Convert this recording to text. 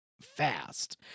fast